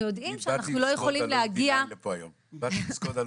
יודעים שאנחנו לא יכולים להגיע --- אני באתי עם סקודה,